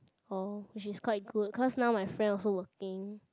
orh which is quite cool cause now my friend also working